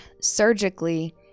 surgically